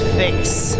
face